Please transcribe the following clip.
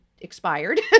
expired